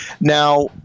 Now